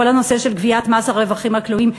כל הנושא של גביית מס על הרווחים הכלואים,